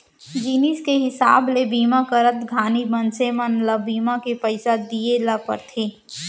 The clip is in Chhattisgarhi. जिनिस के हिसाब ले बीमा करत घानी मनसे मन ल बीमा के पइसा दिये ल परथे